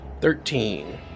Thirteen